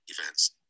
events